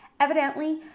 Evidently